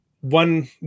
one